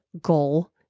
goal